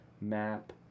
map